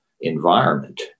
environment